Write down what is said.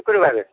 ଗୁରୁବାରରେ